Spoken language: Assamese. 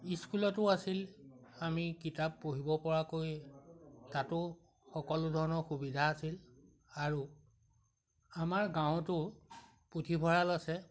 ইস্কুলতো আছিল আমি কিতাপ পঢ়িব পৰাকৈ তাতো সকলো ধৰণৰ সুবিধা আছিল আৰু আমাৰ গাঁৱতো পুথিভঁৰাল আছে